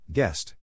Guest